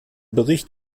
bericht